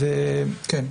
לא,